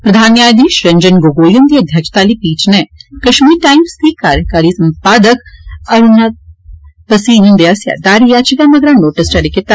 प्रधान न्यायधीश रंजन गोगोई हुन्दी अध्यक्षता आली पीठ नै कश्मीर टाईम्स दी कार्यकारी संपादक अनुराधा बसीन हुन्दे आस्सेआ दायर याचिका मगरा नोटिस जारी कीता